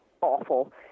awful